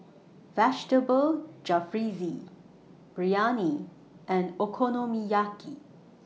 Vegetable Jalfrezi Biryani and Okonomiyaki